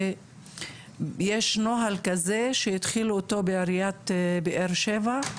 שיש נוהל כזה שהתחילו אותו בעיריית באר שבע,